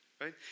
right